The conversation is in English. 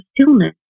stillness